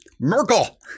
merkel